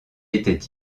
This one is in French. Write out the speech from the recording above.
était